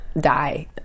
die